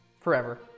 forever